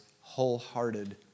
wholehearted